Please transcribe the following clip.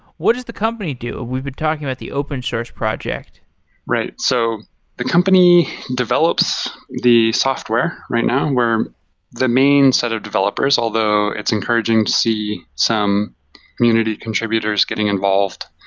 what does the company do? we've been talking about the open source project right. so the company develops the software right now. we're the main set of developers, although it's encouraging to see some community contributors getting involved.